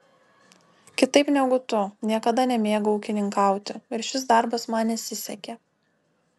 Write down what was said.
kitaip negu tu niekada nemėgau ūkininkauti ir šis darbas man nesisekė